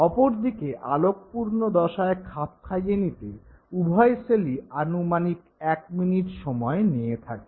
অপরদিকে আলোকপূর্ণ দশায় খাপ খাইয়ে নিতে উভয় সেলই আনুমানিক ১ মিনিট সময় নিয়ে থাকে